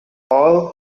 all